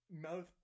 mouth